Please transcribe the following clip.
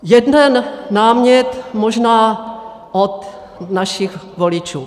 Jeden námět možná od našich voličů.